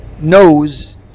knows